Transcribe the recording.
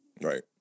Right